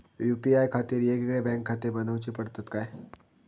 UPI खातीर येगयेगळे बँकखाते बनऊची पडतात काय?